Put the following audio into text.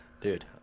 dude